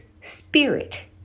spirit